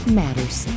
matters